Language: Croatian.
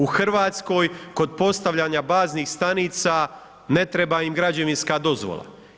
U Hrvatskoj kod postavljanja baznih stanica ne treba im građevinska dozvola.